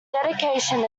dedication